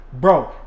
bro